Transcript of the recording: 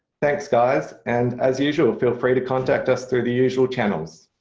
thanks guys and as usual feel free to contact us through the usual channels.